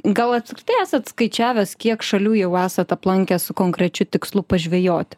gal apskritai esat skaičiavęs kiek šalių jau esat aplankęs su konkrečiu tikslu pažvejoti